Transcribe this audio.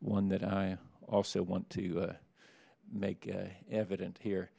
one that i also want to make evident here